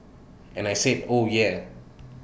and I said oh yeah